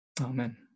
Amen